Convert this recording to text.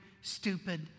stupid